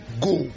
go